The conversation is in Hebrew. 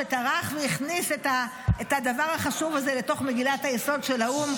שטרח והכניס את הדבר החשוב הזה לתוך מגילת היסוד של האו"ם,